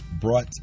brought